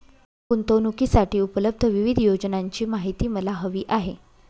गुंतवणूकीसाठी उपलब्ध विविध योजनांची माहिती मला हवी आहे